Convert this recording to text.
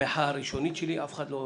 המחאה הראשונית שלי לא